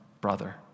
brother